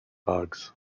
bugs